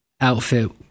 outfit